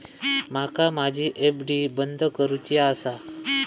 माका माझी एफ.डी बंद करुची आसा